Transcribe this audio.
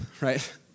right